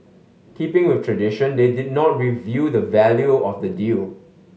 keeping with tradition they did not reveal the value of the deal